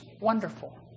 wonderful